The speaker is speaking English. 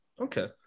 okay